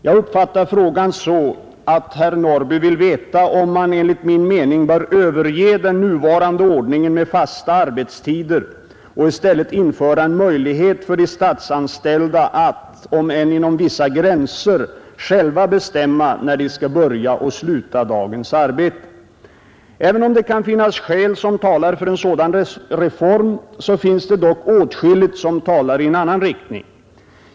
Jag uppfattar frågan så, att herr Norrby vill veta om man enligt min mening bör överge den nuvarande ordningen med fasta arbetstider och i stället införa en möjlighet för de statsanställda att — om än inom vissa gränser — själva bestämma när de skall börja och sluta dagens arbete. Även om det kan finnas skäl som talar för en sådan reform, finns det dock åtskilligt som talar i annan riktning.